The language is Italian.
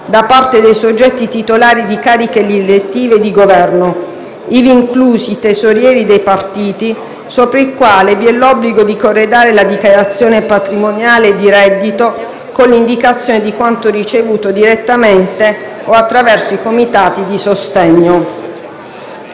da parte dei soggetti titolari di cariche elettive e di Governo, ivi inclusi i tesorieri dei partiti, sopra i quali vi è l'obbligo di corredare la dichiarazione patrimoniale e di reddito con l'indicazione di quanto ricevuto direttamente o attraverso i comitati di sostegno.